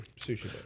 sushi